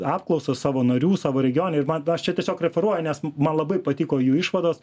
apklausą savo narių savo regione ir man aš čia tiesiog referuoju nes man labai patiko jų išvados